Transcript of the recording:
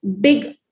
big